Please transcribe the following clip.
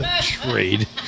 trade